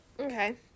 Okay